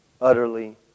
utterly